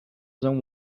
than